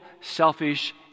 selfish